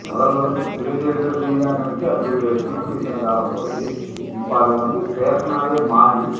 முதல்ல வந்து கிழிஞ்சிருந்த துணியாக நினச்சி அது தூக்கி வீசின காலம் போயி இப்போ அது வந்து ஃபேஷனாவே மாறி